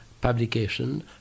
publication